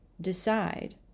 decide